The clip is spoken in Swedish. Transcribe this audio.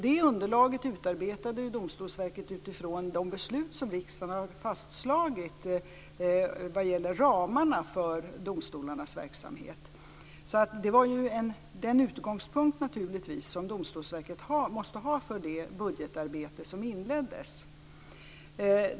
Det underlaget utarbetade ju Domstolsverket utifrån de beslut som riksdagen har fastslagit vad gäller ramarna för domstolarnas verksamhet. Det var ju naturligtvis den utgångspunkten som Domstolsverket måste ha för det budgetarbete som inleddes.